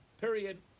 Period